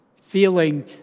feeling